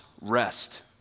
rest